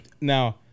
now